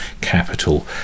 capital